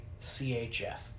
CHF